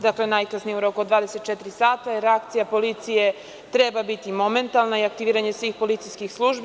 Dakle, najkasnije u roku od 24 sata, reakcija policije treba biti momentalna i aktiviranje svih policijskih službi.